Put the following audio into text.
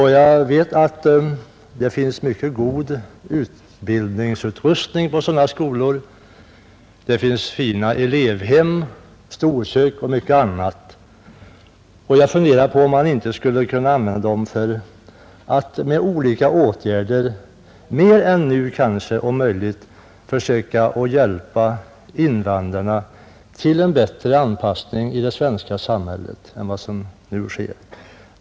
Jag vet att de har goda utbildningsresurser och fina elevhem, storkök och mycket annat. Jag har frågat mig om man inte skulle kunna använda dem för att på olika sätt försöka hjälpa invandrarna till en bättre anpassning i det svenska samhället än vad som nu sker.